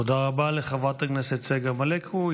תודה רבה לחברת הכנסת צגה מלקו.